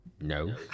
no